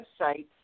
website